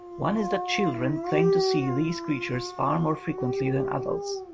one is that children claim to see these creatures far more frequently than adults.